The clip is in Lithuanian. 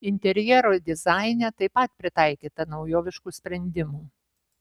interjero dizaine taip pat pritaikyta naujoviškų sprendimų